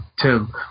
Tim